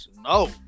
No